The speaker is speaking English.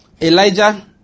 Elijah